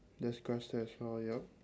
there's grass there so yup